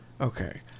Okay